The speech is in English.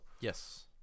Yes